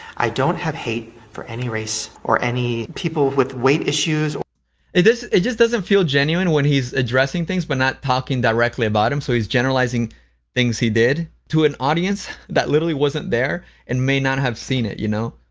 i don't have hate for any race or any people with weight issues or it just it just doesn't feel genuine when he's addressing things but not talking directly about them so he's generalizing things he did to an audience that literally wasn't there and may not have seen it, you know?